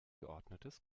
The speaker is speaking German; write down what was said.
geordnetes